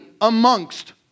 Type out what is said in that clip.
amongst